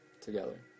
together